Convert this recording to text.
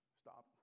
stop